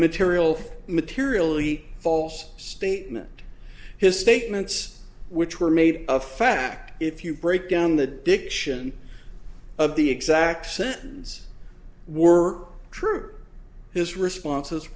material materially false statement his statements which were made of fact if you break down the diction of the exact sentence were true or his responses